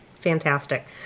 Fantastic